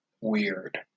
weird